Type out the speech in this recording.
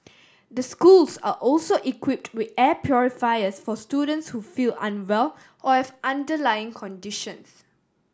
the schools are also equipped with air purifiers for students who feel unwell or have underlying conditions